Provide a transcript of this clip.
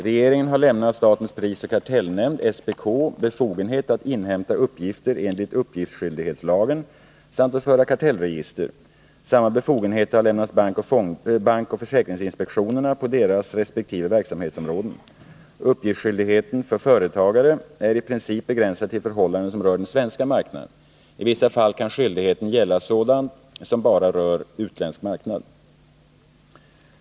Regeringen har lämnat statens prisoch kartellnämnd befogenhet att inhämta uppgifter enligt uppgiftsskyldighetslagen samt att föra kartellregister. Samma befogenheter har lämnats bankoch försäkringsinspektionerna på deras resp. verksamhetsområden. Uppgiftsskyldigheten för företagare är i princip begränsad till förhållanden som rör den svenska marknaden. I vissa fall kan skyldigheten gälla sådant som bara rör utländsk marknad.